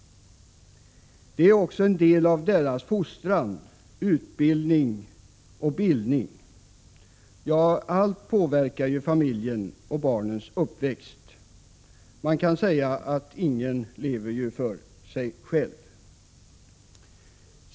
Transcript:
Det är också en del av deras fostran, utbildning och bildning -— ja, allt påverkar familjen och barnens uppväxt. Man kan säga att ingen lever för sig själv.